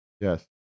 Yes